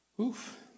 Oof